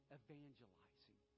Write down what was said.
evangelizing